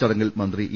ചടങ്ങിൽ മന്ത്രി ഇ